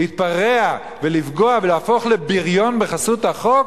להתפרע ולפגוע ולהפוך לבריון בחסות החוק,